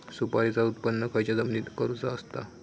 सुपारीचा उत्त्पन खयच्या जमिनीत करूचा असता?